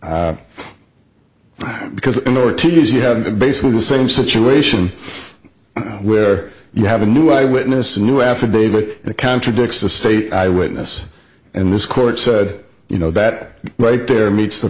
because in order to use you have basically the same situation where you have a new eyewitness a new affidavit that contradicts the state eyewitness and this court said you know that right there meets the